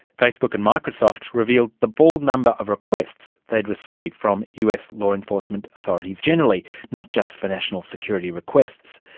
facebook and microsoft revealed the bald number of requests they'd received from us law enforcement authorities generally, not just for national security requests.